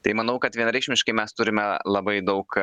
tai manau kad vienareikšmiškai mes turime labai daug